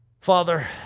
Father